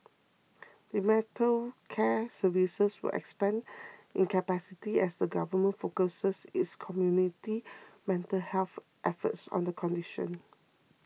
dementia care services will expand in capacity as the Government focuses its community mental health efforts on the condition